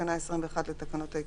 בתקנה 21 לתקנות העיקריות,